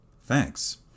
Thanks